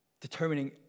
determining